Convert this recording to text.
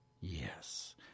Yes